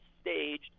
staged